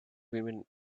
women